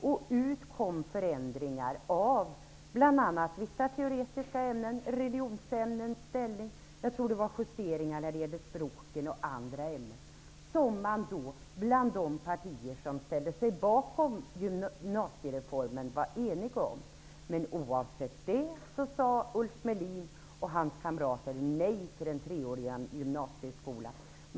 Därav kom förändringar av bl.a. vissa teoretiska ämnen. Det gällde religionsämnets ställning och justeringar i språk och andra ämnen. De partier som ställde sig bakom gymnasiereformen var eniga om detta. Oavsett detta sade Ulf Melin och hans kamrater nej till den treåriga gymnasieskolan.